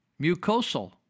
mucosal